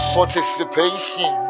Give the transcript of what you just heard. Participation